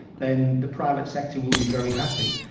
then the private sector will be very happy.